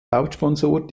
hauptsponsor